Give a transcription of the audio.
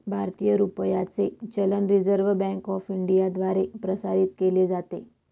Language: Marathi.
भारतीय रुपयाचे चलन रिझर्व्ह बँक ऑफ इंडियाद्वारे प्रसारित केले जाते